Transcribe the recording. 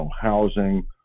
housing